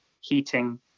heating